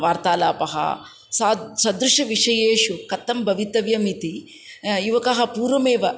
वार्तालापः स सदृशः विषयेषु कथं भवितव्यम् इति युवकः पूर्वमेव